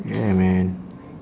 yeah man